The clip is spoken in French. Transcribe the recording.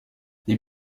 des